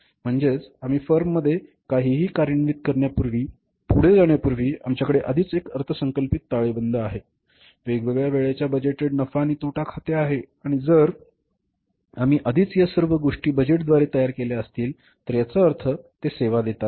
म्हणजे आम्ही फर्ममध्ये काहीही कार्यान्वित करण्यापूर्वी आपण पुढे जाण्यापूर्वी आमच्याकडे आधीच एक अर्थसंकल्पित ताळेबंद आहे वेगवेगळ्या वेळेच्या बजेटेड नफा आणि तोटा खाते आहे आणि जर आम्ही आधीच या सर्व गोष्टी बजेटद्वारे तयार केल्या असतील तर याचा अर्थ ते सेवा देतात